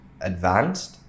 advanced